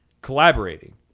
collaborating